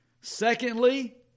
Secondly